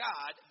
God